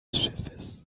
schiffes